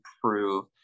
prove